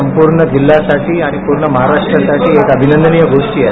सूर्ण जिल्ह्यासाठी आणि पूर्ण माहाराष्ट्रासाठी कूप अभिनंदनिय गोष्ट आहेत